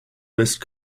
west